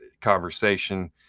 conversation